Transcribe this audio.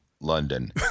London